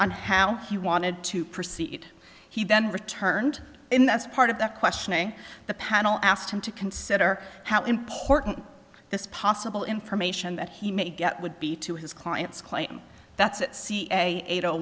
on how he wanted to proceed he then returned in this part of the questioning the panel asked him to consider how important this possible information that he may get would be to his client's claim that's it see a eight